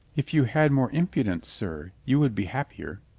if you had more impudence, sir, you would be happier.